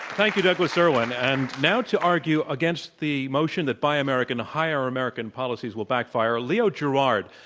thank you, douglas irwin. and now to argue against the motion that buy american hire american policies will backfire, leo gerard,